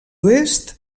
oest